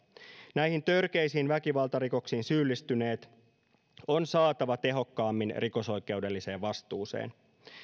näihin törkeisiin väkivaltarikoksiin syyllistyneet on saatava tehokkaammin rikosoikeudelliseen vastuuseen